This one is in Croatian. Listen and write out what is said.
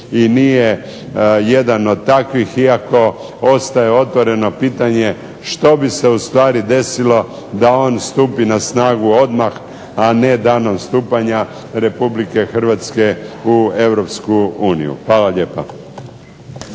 i nije jedan od takvih, iako ostaje otvoreno pitanje što bi se u stvari desilo da on stupi na snagu odmah, a ne danom stupanja Republike Hrvatske u Europsku uniju.